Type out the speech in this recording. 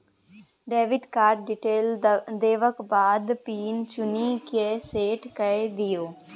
debit card detail देबाक बाद pin चुनि कए सेट कए दियौ